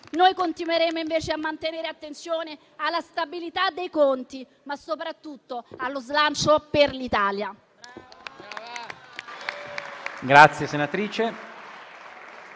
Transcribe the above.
Noi continueremo invece a mantenere attenzione alla stabilità dei conti, ma soprattutto allo slancio per l'Italia.